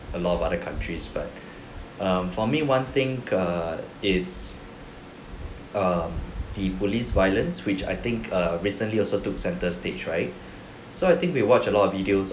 a lot of other countries but um for me one thing err it's err the police violence which I think err recently also took centre stage right so I think we watch a lot of videos